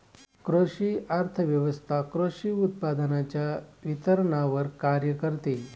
कृषी अर्थव्यवस्वथा कृषी उत्पादनांच्या वितरणावर कार्य करते